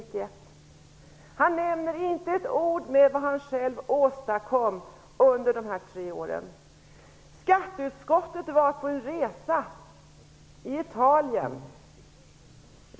Han nämner inte med ett ord vad han själv åstadkom under de tre åren. Skatteutskottet gjorde en resa till Italien.